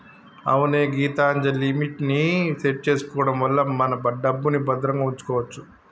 అవునే గీతాంజలిమిట్ ని సెట్ చేసుకోవడం వల్ల మన డబ్బుని భద్రంగా ఉంచుకోవచ్చు